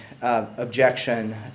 objection